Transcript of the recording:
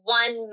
one